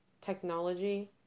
technology